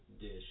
dish